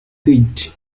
hits